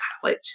college